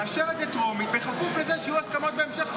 תאשר את זה טרומית בכפוף לזה שיהיו הסכמות בהמשך החקיקה.